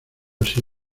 así